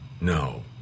no